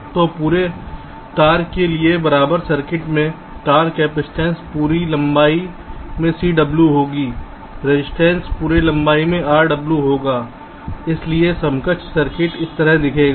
तो पूरे तार के लिए बराबर सर्किट में तार कपसिटंस पूरी लंबाई में Cw होगी रजिस्टेंस पूरे लंबाई में Rw होगा इसलिए समकक्ष सर्किट इस तरह दिखेगा